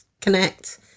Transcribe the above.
connect